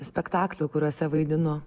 spektaklių kuriuose vaidinu